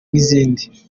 nk’izindi